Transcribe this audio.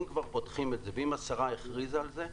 אם כבר פותחים את זה ואם השרה הכריזה על זה,